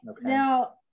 Now